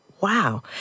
wow